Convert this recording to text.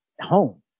home